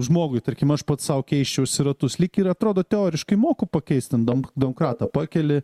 žmogui tarkim aš pats sau keisčiausi ratus lyg ir atrodo teoriškai moku pakeist ten dom domkratą pakeli